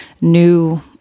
new